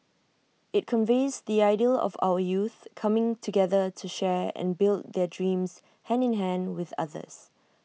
IT conveys the ideal of our youth coming together to share and build their dreams hand in hand with others